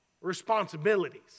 responsibilities